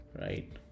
right